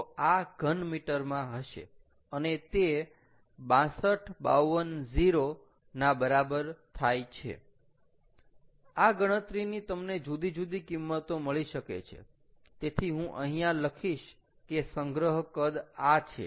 તો આ ઘન મીટરમાં હશે અને તે 62520 ના બરાબર થાય છે આ ગણતરીની તમને જુદી જુદી કિંમતો મળી શકે છે તેથી હું અહીંયા લખીશ કે સંગ્રહ કદ આ છે